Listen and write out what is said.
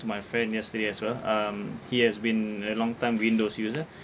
with my friend yesterday as well um he has been a long time windows user